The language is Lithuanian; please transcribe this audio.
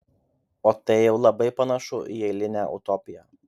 o tai jau labai panašu į eilinę utopiją